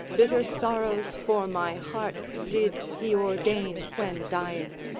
bitter sorrows for my heart did he ordain when dying.